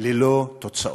ללא תוצאות.